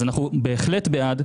אז אנחנו בהחלט בעד,